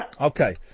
Okay